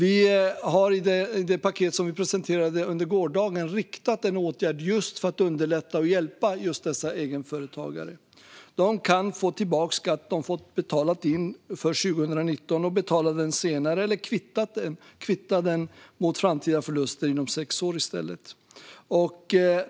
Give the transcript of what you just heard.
I det paket som vi presenterade under gårdagen har vi riktat en åtgärd för att hjälpa och underlätta för just dessa egenföretagare. De kan få tillbaka skatt som de har betalat in för 2019 och betala den senare eller kvitta den mot framtida förluster inom sex år i stället.